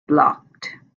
blocked